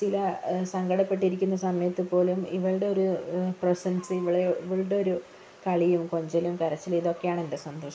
ചില സങ്കടപ്പെട്ടിരിക്കുന്ന സമയത്ത് പോലും ഇവളുടെ ഒരു പ്രസൻസ് ഇവളെ ഇവളുടെ ഒരു കളിയും കൊഞ്ചലും കരച്ചിലും ഇതൊക്കെയാണ് എന്റെ സന്തോഷം